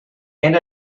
and